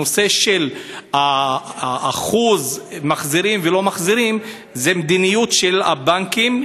הנושא של שיעור המחזירים והלא-מחזירים הוא מדיניות של הבנקים,